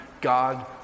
God